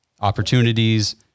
opportunities